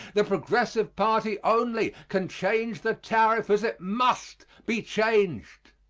the progressive party only can change the tariff as it must be changed.